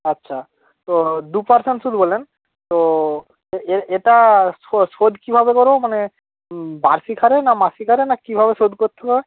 আচ্ছা তো দু পার্সেন্ট সুদ বললেন তো এটা শোধ কীভাবে করব মানে বার্ষিক হারে না মাসিক হারে না কীভাবে শোধ করতে হবে